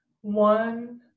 one